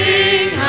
Sing